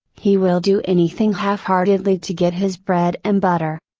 he will do anything halfheartedly to get his bread and butter.